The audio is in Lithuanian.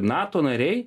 nato nariai